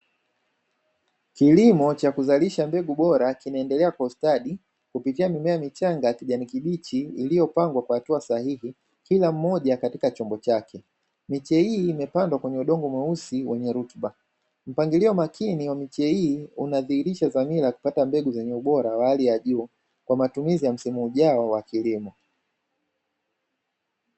Kilimo cha kuzalisha mbegu bora kinaendelea kwa ustadi kupitia mimea michanga ya kijani kibichi iliyopangwa kwa hatua sahihi kila mmoja katika chombo chake. Miche hii imepandwa kwenye udongo mweusi wenye rutuba, mpangilio makini wa miche hii unadhihirisha dhamira ya kupata mbegu zenye ubora wa hali ya juu kwa matumizi ya msimu ujao wa kilimo.